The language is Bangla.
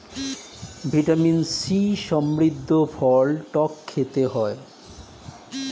ভিটামিন সি সমৃদ্ধ ফল টক খেতে হয়